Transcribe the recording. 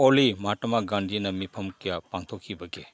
ꯑꯣꯜꯂꯤ ꯃꯍꯥꯇꯃꯥ ꯒꯥꯟꯗꯤꯅ ꯃꯤꯐꯝ ꯀꯌꯥ ꯄꯥꯡꯊꯣꯛꯈꯤꯕꯒꯦ